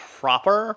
proper